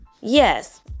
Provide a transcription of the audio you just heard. Yes